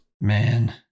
man